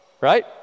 right